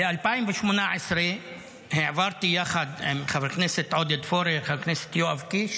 ב-2018 העברתי יחד עם חבר הכנסת עודד פורר וחבר הכנסת יואב קיש